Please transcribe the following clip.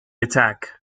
attack